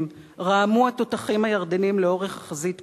רעמו התותחים הירדניים לאורך החזית כולה.